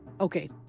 Okay